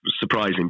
surprising